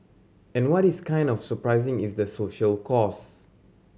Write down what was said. and what is kind of surprising is the social cost